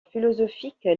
philosophique